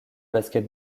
basket